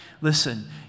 Listen